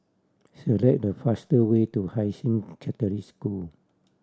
select the faster way to Hai Sing Catholic School